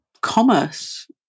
commerce